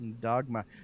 dogma